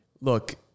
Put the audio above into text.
Look